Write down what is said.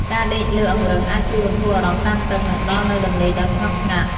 ការដេកលើអង្រឹងអាចជួយបន្ធូរអារម្មណ៍តានតឹង និងផ្តល់នូវដំណេកដ៏ស្ងប់ស្ងាត់។